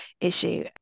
issue